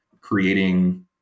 creating